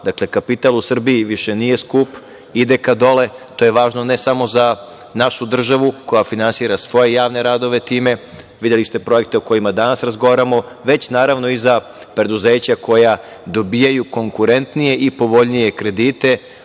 Dakle, kapital u Srbiji više nije skup, ide ka dole. To je važno, ne samo za našu državu koja finansira svoje javne radove time, videli ste projekte o kojima danas razgovaramo, već, naravno, i za preduzeća koja dobijaju konkurentnije i povoljnije kredite,